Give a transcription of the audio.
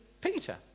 Peter